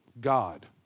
God